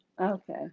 Okay